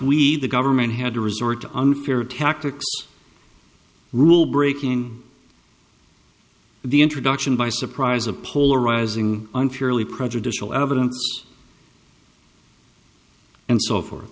we the government had to resort to unfair tactics rule breaking the introduction by surprise of polarizing unfairly prejudicial evidence and so forth